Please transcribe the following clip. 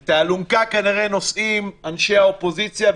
את האלונקה כנראה נושאים אנשי האופוזיציה,